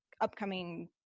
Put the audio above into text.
upcoming